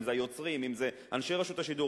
אם זה היוצרים ואם זה אנשי רשות השידור,